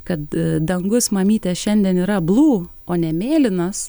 kad dangus mamyte šiandien yra blū o ne mėlynas